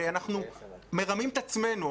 הרי אנחנו מרמים את עצמנו.